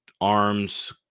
arms